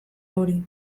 hori